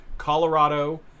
Colorado